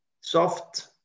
soft